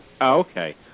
Okay